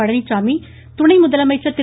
பழனிசாமி துணை முதலமைச்சா் திரு